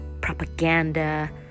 propaganda